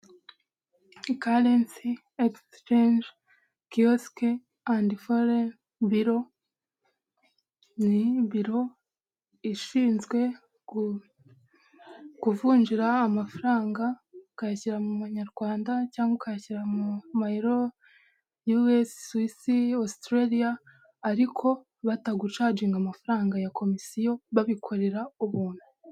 Karensi ekisicangi kiyosike andi foreni biro, ni biro ishinzwe kuvunjira amafaranga ukayashyira mu manyarwanda. Cyangwa ukayashyira mu mayeroro, Yuesi, Suwisi, Ostireriya ariko batagucajiga amafaranga ya komisiyo. Babikorera ubuntu.